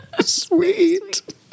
Sweet